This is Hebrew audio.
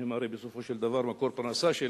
שהם הרי בסופו של דבר מקור פרנסה של